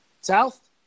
South